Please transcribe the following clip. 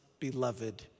beloved